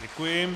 Děkuji.